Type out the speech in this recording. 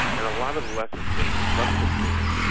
and a lot of the lessons, for instance from katrina,